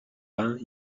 rhin